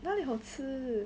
哪里好吃